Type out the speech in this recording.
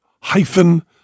hyphen